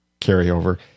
carryover